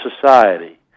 society